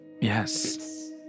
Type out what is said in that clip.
Yes